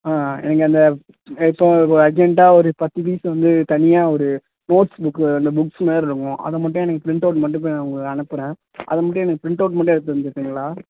ஆ ஆ நீங்கள் அந்த இப்போ ஒரு அர்ஜெண்ட்டாக ஒரு பத்து பீஸ் வந்து தனியாக ஒரு நோட்ஸ் புக்ஸில் இந்த புக்ஸ் மாரி இருக்கும் அதை மட்டும் எனக்கு ப்ரிண்ட்டவுட் மட்டும் இப்போ உங்களுக்கு அனுப்புகிறேன் அதை மட்டும் எனக்கு ப்ரிண்ட்டவுட் மட்டும் எடுத்து தந்துர்றீங்களா